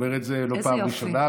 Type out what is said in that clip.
איזה יופי.